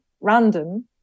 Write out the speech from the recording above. random